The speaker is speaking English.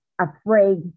afraid